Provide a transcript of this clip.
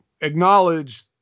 acknowledge